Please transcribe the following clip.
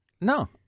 No